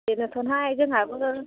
बेनोथ'हाय जोंहाबो